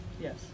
Yes